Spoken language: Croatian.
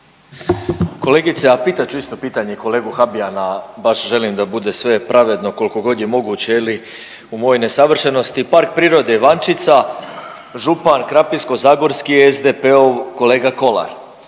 Kolegice a pitat ću isto pitanje kolegu Habijana, baš želim da bude sve pravedno koliko god je moguće je li u mojoj nesavršenosti. Par prirode Ivančica, župan Krapinsko-zagorski je SDP-ov kolega Kolar.